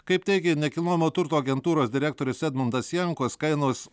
kaip teigė nekilnojamo turto agentūros direktorius edmundas jankus kainos